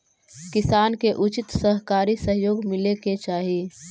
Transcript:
किसान के उचित सहकारी सहयोग मिले के चाहि